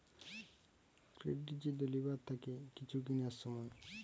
credit যদি লিবার থাকে কিছু কিনার সময়